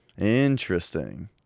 Interesting